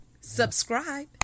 subscribe